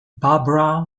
barbara